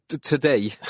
Today